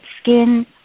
skin